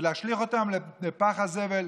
ולהשליך אותם לפח הזבל,